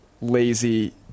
lazy